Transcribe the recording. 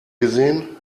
gesehen